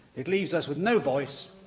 it leaves us with no voice,